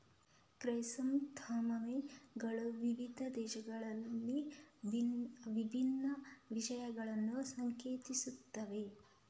chrysanthemum ಗಳು ವಿವಿಧ ದೇಶಗಳಲ್ಲಿ ವಿಭಿನ್ನ ವಿಷಯಗಳನ್ನು ಸಂಕೇತಿಸುತ್ತವೆ